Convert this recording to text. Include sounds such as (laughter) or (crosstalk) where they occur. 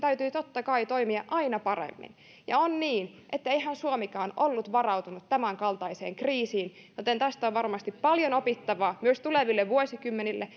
täytyy totta kai toimia aina paremmin on niin että eihän suomikaan ollut varautunut tämänkaltaiseen kriisiin joten tästä on varmasti paljon opittavaa myös tuleville vuosikymmenille (unintelligible)